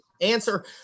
answer